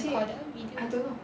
record the video